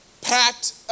packed